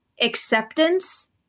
acceptance